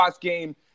game